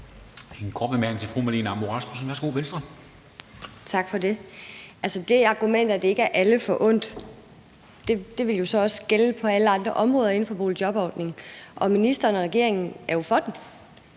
det argument med, at det ikke er alle forundt, vil så også gælde på alle andre områder inden for boligjobordningen. Og ministeren og regeringen er jo for